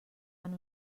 van